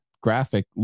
graphic